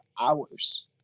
hours